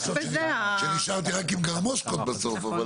שנשארתי רק עם גרמושקות בסוף.